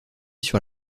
sur